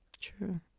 True